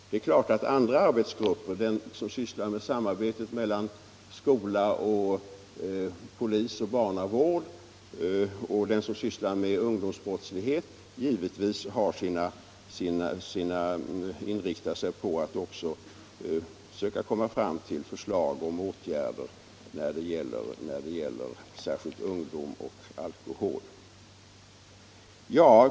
Det är klart att andra arbetsgrupper — t.ex. den som sysslar med samarbetet mellan skola, polis och barnavård och den som sysslar med ungdomsbrottslighet — inriktar sig på att också försöka komma fram till förslag om åtgärder särskilt när det gäller ungdom och alkohol.